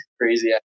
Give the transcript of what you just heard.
crazy